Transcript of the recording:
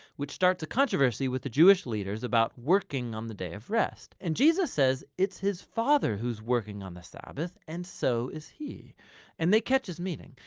which starts a controversy with the jewish leaders about working on the day of rest, and jesus says it's his father who's working on the sabbath and so is he and they catch his meaning,